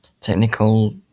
technical